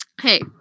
Hey